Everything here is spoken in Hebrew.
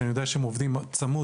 שאני יודע שהם עובדים צמוד,